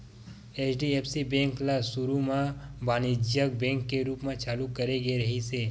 HDFC bank ल सुरू म बानिज्यिक बेंक के रूप म चालू करे गे रिहिस हे